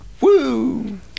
Woo